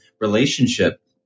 relationship